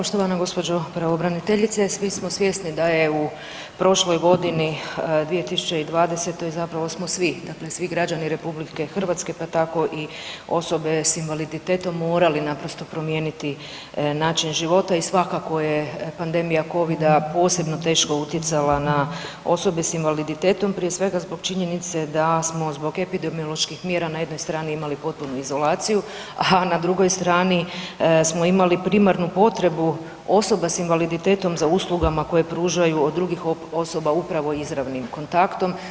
Poštovana gospođo pravobraniteljice svi smo svjesni da je u prošloj godini 2020. zapravo smo svi, dakle svi građani RH pa tako i osobe s invaliditetom morali naprosto promijeniti način života i svakako je pandemija Covida posebno teško utjecala na osobe s invaliditetom prije svega zbog činjenice da smo zbog epidemioloških mjera na jednoj strani imali potpunu izolaciju, a na drugoj strani smo imali primarnu potrebu osoba s invaliditetom za uslugama koje pružaju od drugih osoba upravo izravnim kontaktom.